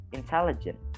intelligent